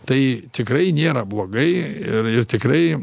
tai tikrai nėra blogai ir ir tikrai